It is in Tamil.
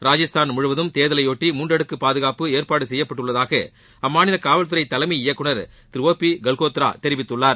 ராஜஸ்தான் முழுவதும் தேர்தலையொட்டி மூன்றடுக்கு பாதுகாப்புக்கு ஏற்பாடு செய்யப்பட்டுள்ளதாக அம்மாநில காவல் துறை தலைமை இயக்குனர் திரு ஒ பி கல்கோத்ரா தெரிவித்துள்ளார்